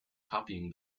copying